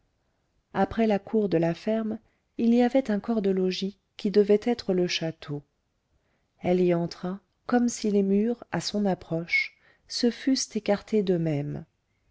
après la cour de la ferme il y avait un corps de logis qui devait être le château elle y entra comme si les murs à son approche se fussent écartés d'eux-mêmes